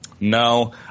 No